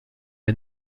est